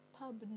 pub